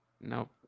nope